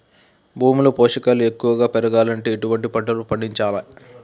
భూమిలో పోషకాలు ఎక్కువగా పెరగాలంటే ఎటువంటి పంటలు పండించాలే?